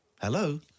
hello